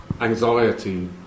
anxiety